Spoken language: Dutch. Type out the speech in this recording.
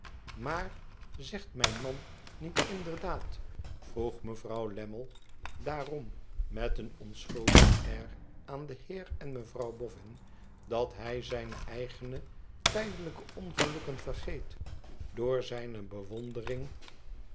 maar zegt mijn man niet inderdaad vroeg mevrouw lammie daarom met een onschuldig air aan den heer en mevrouw boffin dat hij zijne eigene tijdelijke ongelukken vergeet door zijne bewondering